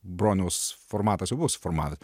broniau formatas jau buvo suformavę